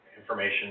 information